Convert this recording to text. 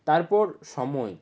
তারপর সময়